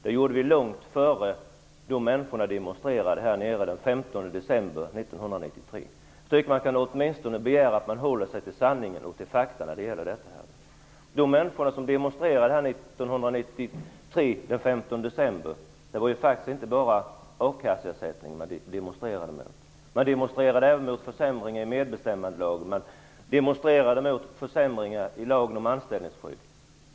Det gjorde vi alltså långt innan människorna demonstrerade här utanför den 15 december 1993. Jag tycker att man åtminstone kan begära att folk håller sig till fakta i fråga om detta. De som demonstrerade här den 15 december 1993 demonstrerade inte bara mot sänkningen akasseersättningen utan även mot försämringen av medbestämmandelagen och mot försämringen i lagen om anställningsskydd.